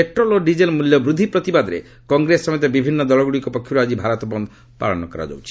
petrol ଓ diesel ମ୍ରଲ୍ୟବୃଦ୍ଧି ପ୍ରତିବାଦରେ କଂଗ୍ରେସ ସମେତ ବିଭିନ୍ନ ଦଳଗ୍ରଡ଼ିକ ପକ୍ଷର୍ ଆଜି ଭାରତ ବନ୍ଦ ପାଳନ କରାଯାଉଛି